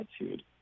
attitude